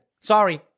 Sorry